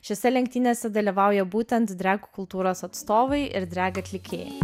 šiose lenktynėse dalyvauja būtent drag kultūros atstovai ir drag atlikėjai